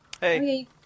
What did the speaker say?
Hey